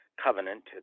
covenant